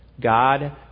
God